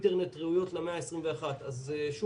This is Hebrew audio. כל